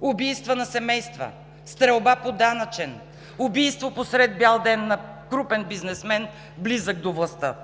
убийства на семейства, стрелба по данъчен, убийство посред бял ден на крупен бизнесмен, близък до властта,